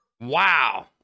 Wow